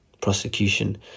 prosecution